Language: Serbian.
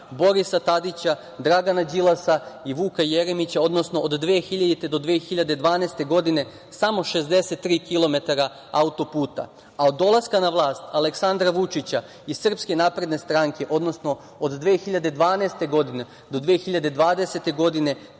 Borisa Tadića, Dragana Đilasa i Vuka Jeremića, odnosno od 2000. godine do 2012. godine samo 63 kilometra autoputa, a od dolaska na vlast Aleksandra Vučića i SNS, odnosno od 2012. godine do 2020. godine